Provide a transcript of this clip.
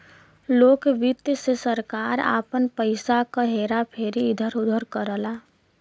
लोक वित्त से सरकार आपन पइसा क हेरा फेरी इधर उधर करला